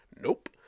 Nope